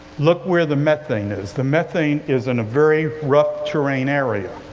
look where the methane is, the methane is in a very rough terrain area.